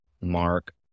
mark